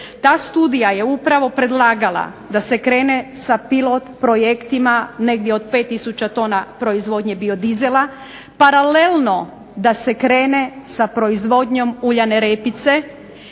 Ta studija je upravo predlagala da se krene sa pilot projektima negdje od 5 tisuća tona proizvodnje biodizela. Paralelno da se krene sa proizvodnjom uljane repice